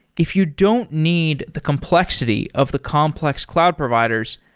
if you don't need the complexity of the complex cloud providers,